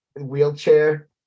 wheelchair